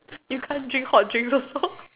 you can't drink hot drinks also